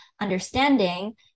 understanding